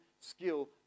skill